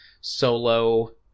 solo